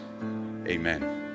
amen